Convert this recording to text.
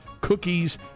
cookies